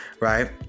Right